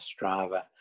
Strava